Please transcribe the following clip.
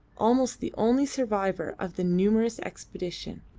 almost the only survivor of the numerous expedition.